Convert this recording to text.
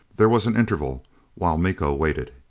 there was an interval while miko waited.